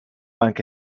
anche